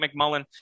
McMullen